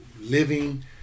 living